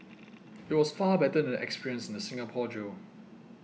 it was far better than the experience in the Singapore jail